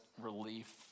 relief